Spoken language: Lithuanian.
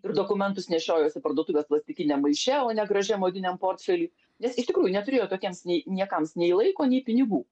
ir dokumentus nešiojosi parduotuvės plastikiniam maiše o ne gražiam odiniam portfelį nes iš tikrųjų neturėjo tokiems nei niekams nei laiko nei pinigų